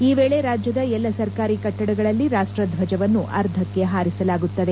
ಈ ವೇಳೆ ರಾಜ್ಯದ ಎಲ್ಲ ಸರ್ಕಾರಿ ಕಟ್ಟಡಗಳಲ್ಲಿ ರಾಷ್ಟರ್ಜವನ್ನು ಅರ್ಧಕ್ಕೆ ಹಾರಿಸಲಾಗುತ್ತದೆ